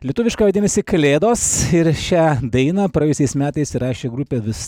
lietuviška vadinasi kalėdos ir šią dainą praėjusiais metais įrašė grupė vis